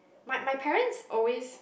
my my parents always